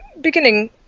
beginning